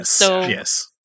Yes